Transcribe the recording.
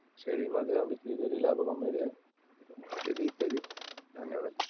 ଛେଳି ମଧ୍ୟ ବିକ୍ରି କରି ଲାଭ କମେଇଥାଏ ଇତ୍ୟାଦି ଇତ୍ୟାଦି ଧନ୍ୟବାଦ